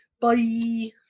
bye